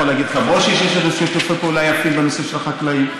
יכול להגיד לך בוז'י שיש לנו שיתופי פעולה יפים בנושא של החקלאים,